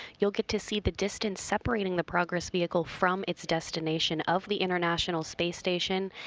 you'll get to see the distance separating the progress vehicle from its destination of the international space station,